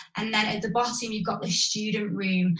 and then at the bottom you've got the student room,